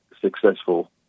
successful